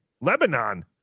Lebanon